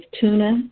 tuna